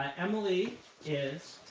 ah emily is,